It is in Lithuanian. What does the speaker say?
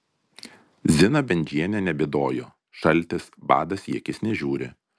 zina bendžienė nebėdojo šaltis badas į akis nežiūri